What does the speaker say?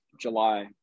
July